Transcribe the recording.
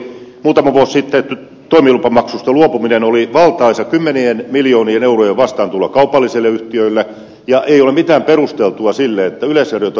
muutama vuosi sitten tapahtunut toimilupamaksusta luopuminen oli valtaisa kymmenien miljoonien eurojen vastaantulo kaupallisille yhtiöille ja ei ole mitään perustelua sille että yleisradiota ryhdytään rahoittamaan mainosmarkkinoilla